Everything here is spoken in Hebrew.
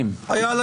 היה לי על